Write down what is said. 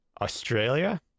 Australia